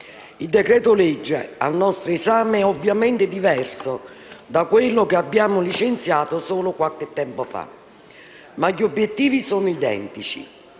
Il decreto-legge al nostro esame è ovviamente diverso da quello licenziato solo qualche tempo fa, ma gli obiettivi sono identici: